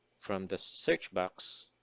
from the searchbox